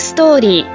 Story